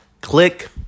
click